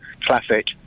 classic